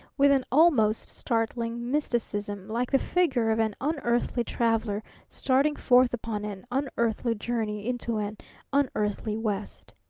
with an almost startling mysticism, like the figure of an unearthly traveler starting forth upon an unearthly journey into an unearthly west.